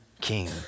king